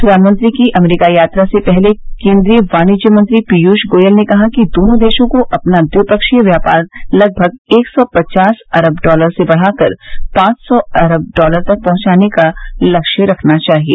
प्रधानमंत्री की अमरीका यात्रा से पहले केन्द्रीय वाणिज्य मंत्री पीयूष गोयल ने कहा कि दोनों देशों को अपना द्विपक्षीय व्यापार लगभग एक सौ पचास अरब डॉलर से बढ़ाकर पांच सौ अरब डॉलर तक पहुंचाने का लक्ष्य रखना चाहिए